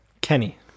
Kenny